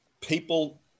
people